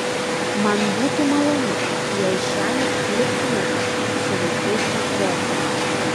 man būtų malonu jei šiąnakt liktumėte su vaikais nakvoti